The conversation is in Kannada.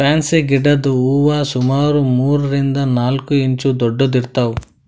ಫ್ಯಾನ್ಸಿ ಗಿಡದ್ ಹೂವಾ ಸುಮಾರ್ ಮೂರರಿಂದ್ ನಾಲ್ಕ್ ಇಂಚ್ ದೊಡ್ಡದ್ ಇರ್ತವ್